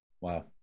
Wow